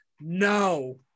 No